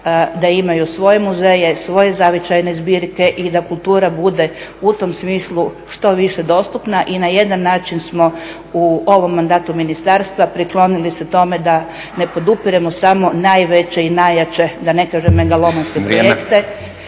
da imaju svoje muzeje, svoje zavičajne zbirke i da kultura bude u tom smislu što više dostupna i na jedan način smo u ovom mandatu ministarstva priklonili se tome da ne podupiremo samo najveće i najjače, da ne kažem … projekte